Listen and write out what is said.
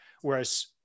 whereas